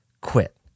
quit